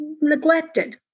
neglected